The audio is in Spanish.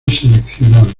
seleccionado